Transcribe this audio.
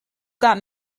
got